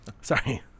Sorry